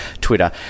Twitter